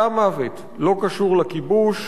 סתם מוות, לא קשור לכיבוש,